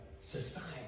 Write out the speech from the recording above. society